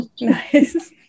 Nice